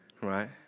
Right